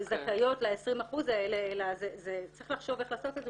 שזכאיות ל-20% האלה וצריך לחשוב איך לעשות את זה,